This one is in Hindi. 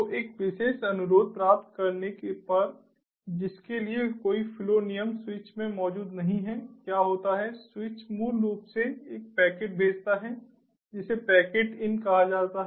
तो एक विशेष अनुरोध प्राप्त करने पर जिसके लिए कोई फ्लो नियम स्विच में मौजूद नहीं है क्या होता है स्विच मूल रूप से एक पैकेट भेजता है जिसे पैकेट इन कहा जाता है